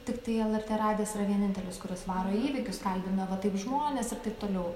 tiktai lrt radijas yra vienintelis kuris varo įvykius kalbina va taip žmonės ir taip toliau